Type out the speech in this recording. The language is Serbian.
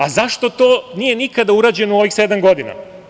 A zašto to nije nikada urađeno u ovih sedam godina?